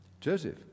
Joseph